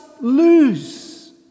lose